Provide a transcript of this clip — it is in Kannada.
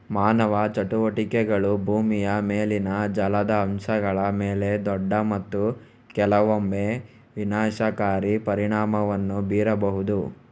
ಮಾನವ ಚಟುವಟಿಕೆಗಳು ಭೂಮಿಯ ಮೇಲಿನ ಜಲದ ಅಂಶಗಳ ಮೇಲೆ ದೊಡ್ಡ ಮತ್ತು ಕೆಲವೊಮ್ಮೆ ವಿನಾಶಕಾರಿ ಪರಿಣಾಮವನ್ನು ಬೀರಬಹುದು